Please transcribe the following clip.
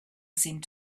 seemed